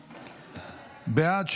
בעד,